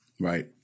Right